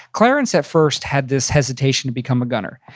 clarence at first had this hesitation to become a gunner.